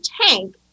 tank